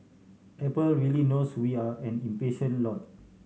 apple really knows we are an impatient lot